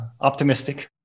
optimistic